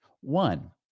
One